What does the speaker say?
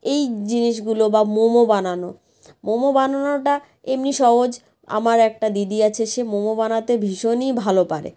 এই জিনিসগুলো বা মোমো বানানো মোমো বানানোটা এমনি সহজ আমার একটা দিদি আছে সে মোমো বানাতে ভীষণই ভালো পারে